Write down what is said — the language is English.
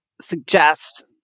suggest